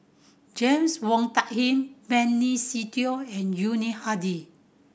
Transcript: James Wong Tuck Yim Benny Se Teo and Yuni Hadi